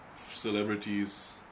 celebrities